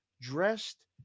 dressed